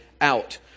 out